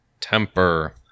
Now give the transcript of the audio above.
Temper